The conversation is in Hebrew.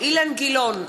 אילן גילאון,